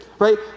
Right